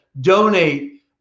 donate